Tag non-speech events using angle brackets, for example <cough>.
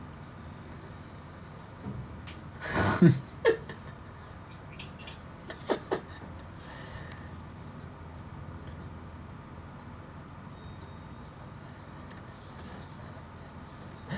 <laughs>